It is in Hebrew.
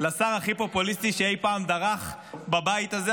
לשר הכי פופוליסטי שאי פעם דרך בבית הזה.